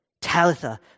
Talitha